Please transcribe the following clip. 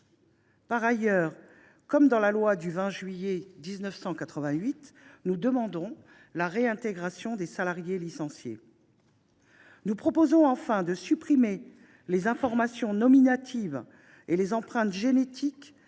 Par ailleurs, comme dans la loi du 20 juillet 1988, nous demandons la réintégration des salariés licenciés. Nous proposons enfin de supprimer les informations nominatives et les empreintes génétiques